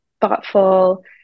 thoughtful